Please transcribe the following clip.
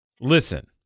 listen